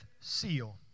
seal